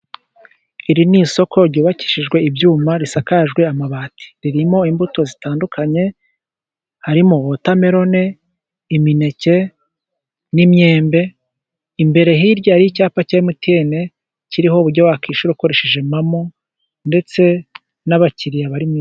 Iri ni isoko ryubakishijwe ibyuma risakajwe amabati ririmo imbuto zitandukanye harimo wotameroni, imineke, n'imyembe. Imbere hirya y'icyapa cya emutiyeni kiriho uburyo wakishyura ukoresheje momo, ndetse n'abakiriya bari mu...